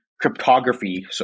cryptography